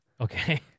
Okay